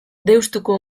deustuko